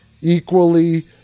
equally